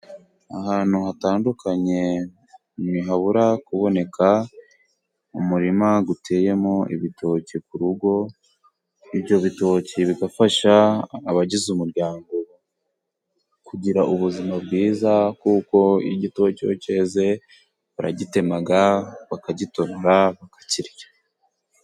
Ahantu hatandukanye ntihabura kuboneka umurima gutemo ibitoki ku rugo, ibyo bitoki bigafasha abagize umuryango kugira ubuzima bwiza kuko igitoki iyo keze baragitema bakagitonora bakakirya.